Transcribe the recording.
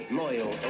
loyal